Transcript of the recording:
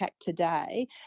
today